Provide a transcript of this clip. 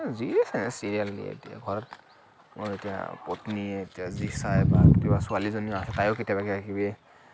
যি চিৰিয়েল দিয়ে এতিয়া ঘৰত মোৰ এতিয়া পত্নীয়ে যি চায় বা কেতিয়াবা ছোৱালীজনীয়ে তায়ো কেতিয়াবা কিবা কিবি